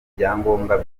ibyangombwa